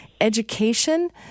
education